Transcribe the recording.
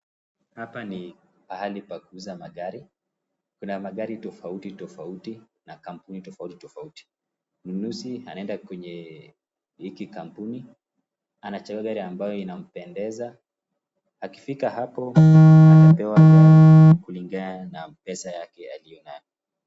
Hapa Ni pahali pa kuuza magari, kuna magari tofauti tofauti na kampuni tofauti tofauti, mnunuzi anenda kwenye hiki kampuni, anachagua gari ambayo inampendeza, akifika hapo atapewa gari kulingana na pesa yake aliyonayo.